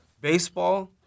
baseball